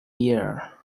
year